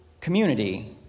community